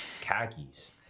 khakis